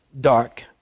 dark